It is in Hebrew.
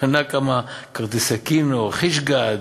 קנה כמה כרטיסי Keno, או "חיש גד",